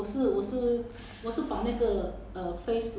我我很久没有做 eye cream liao leh